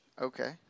Okay